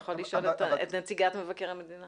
יכול לשאול את נציגת מבקר המדינה.